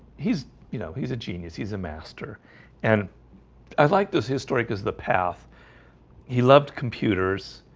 he's you know, he's a genius he's a master and i'd like those historic is the path he loved computers.